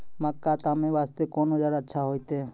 मक्का तामे वास्ते कोंन औजार अच्छा होइतै?